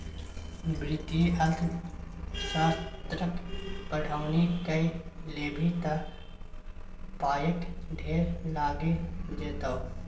वित्तीय अर्थशास्त्रक पढ़ौनी कए लेभी त पायक ढेर लागि जेतौ